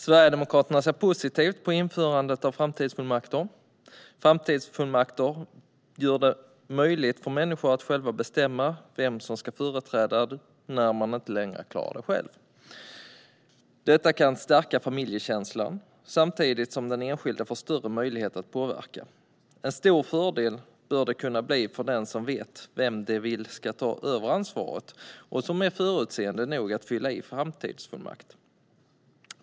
Sverigedemokraterna ser positivt på införandet av framtidsfullmakter. Framtidsfullmakter gör det möjligt för människor att själva bestämma vem som ska företräda dem när de inte längre klarar det själva. Detta kan stärka familjekänslan, samtidigt som den enskilde får större möjlighet att påverka. En stor fördel bör det kunna bli för den som vet vem den vill ska ta över ansvaret och som är förutseende nog att fylla i en framtidsfullmakt.